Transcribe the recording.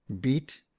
beat